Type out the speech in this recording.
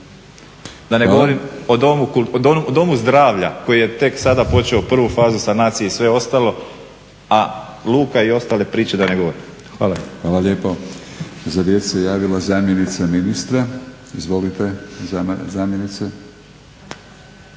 Da ne govorim o Domu zdravlja koji je tek sada počeo prvu fazu sanacije i sve ostalo, a luka i ostale priče da ne govorim. Hvala. **Batinić, Milorad (HNS)** Hvala lijepo. Za riječ se javila zamjenica ministra. Izvolite zamjenice.